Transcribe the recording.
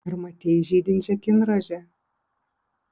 ar matei žydinčią kinrožę